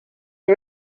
are